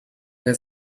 get